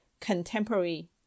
contemporary